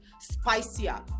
spicier